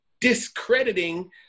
discrediting